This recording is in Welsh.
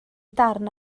darn